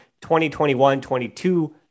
2021-22